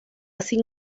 sin